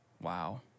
Wow